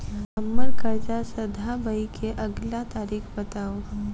हम्मर कर्जा सधाबई केँ अगिला तारीख बताऊ?